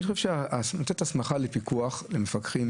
כדי לתת הסמכה למפקחים